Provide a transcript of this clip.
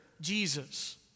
Jesus